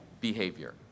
behavior